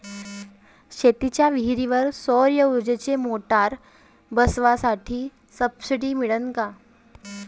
शेतीच्या विहीरीवर सौर ऊर्जेची मोटार बसवासाठी सबसीडी मिळन का?